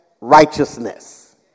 righteousness